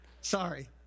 Sorry